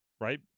right